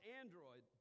android